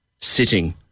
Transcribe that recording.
sitting